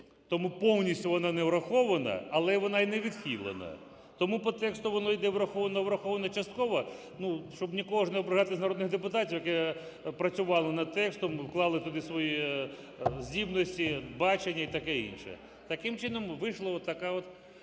Тому повністю вона не врахована, але вона й не відхилена. Тому по тексту воно йде: "враховано, враховано частково", щоб нікого ж не ображати з народних депутатів, які працювали над текстом, вклали туди свої здібності, бачення і таке інше. Таким чином вийшла отака от